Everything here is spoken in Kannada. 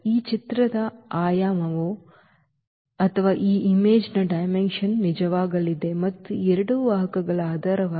ಈ ಚಿತ್ರದ ಆಯಾಮವು ನಿಜವಾಗಲಿದೆ ಮತ್ತು ಈ ಎರಡು ವಾಹಕಗಳ ಆಧಾರವಾಗಿದೆ